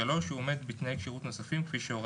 הוא עומד בתנאי כשירות נוספים כפי שהורה